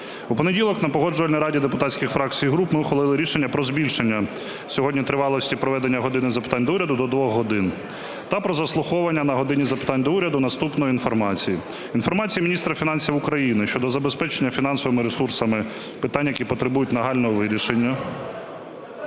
В понеділок на Погоджувальній раді депутатських фракцій і груп ми ухвалили рішення про збільшення сьогодні тривалості проведення "години запитань до Уряду" до двох годин та про заслуховування на "годині запитань до Уряду" наступної інформації. Інформація міністра фінансів України щодо забезпечення фінансовими ресурсами питань, які потребують нагального вирішення… (Шум